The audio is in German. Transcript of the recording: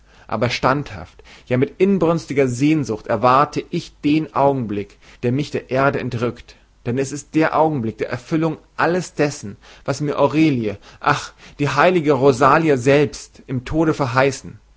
aber standhaft ja mit inbrünstiger sehnsucht erwarte ich den augenblick der mich der erde entrückt denn es ist der augenblick der erfüllung alles dessen was mir aurelie ach die heilige rosalia selbst im tode verheißen